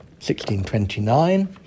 1629